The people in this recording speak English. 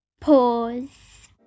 Pause